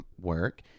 work